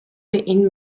این